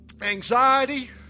anxiety